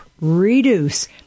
reduce